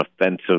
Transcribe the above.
offensive